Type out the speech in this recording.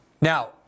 Now